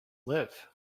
live